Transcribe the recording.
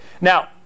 Now